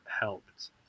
helped